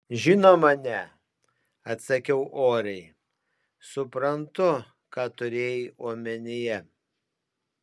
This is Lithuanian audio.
žinoma ne atsakau oriai suprantu ką turėjai omenyje